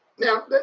Now